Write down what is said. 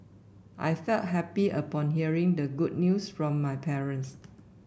I felt happy upon hearing the good news from my parents